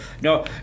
no